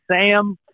Sam